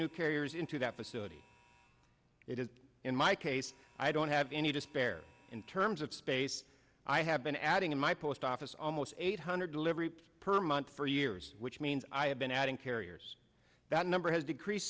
new carriers into that facility it is in my case i don't have any to spare in terms of space i have been adding in my post office almost eight hundred delivery per month for years which means i have been adding carriers that number has decrease